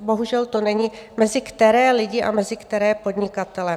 Bohužel to není, mezi které lidi a mezi které podnikatele.